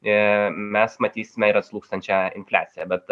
ir mes matysime ir atslūgstančią infliaciją bet